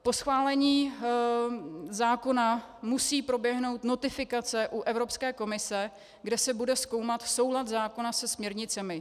Po schválení zákona musí proběhnout notifikace u Evropské komise, kde se bude zkoumat soulad zákona se směrnicemi.